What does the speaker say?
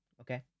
Okay